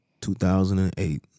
2008